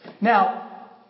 Now